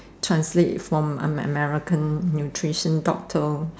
translate from an American nutrition doctor